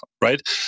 right